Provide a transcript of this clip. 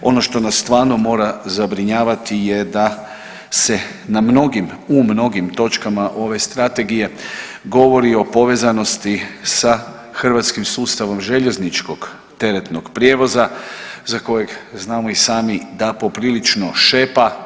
Ono što nas stvarno mora zabrinjavati je da se na mnogim, u mnogim točkama ove strategije govori o povezanosti sa hrvatskim sustavom željezničkog teretnog prijevoza za kojeg znamo i sami da poprilično šepa.